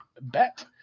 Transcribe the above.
bet